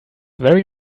very